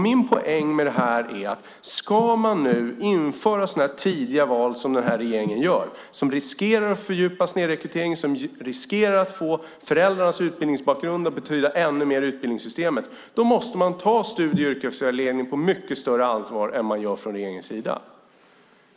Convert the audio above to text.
Min poäng är att om man ska införa sådana tidiga val som den här regeringen vill ha som riskerar att fördjupa snedrekryteringen och som riskerar att innebära att föräldrarnas utbildningsbakgrund kommer att betyda ännu mer i utbildningssystemet måste man ta studie och yrkesvägledningen på mycket större allvar än vad regeringen gör.